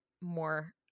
more